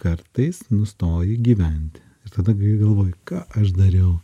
kartais nustoji gyventi ir tada kai galvoji ką aš dariau